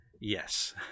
Yes